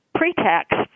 pre-tax